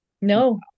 No